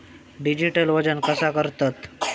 Digital वजन कसा करतत?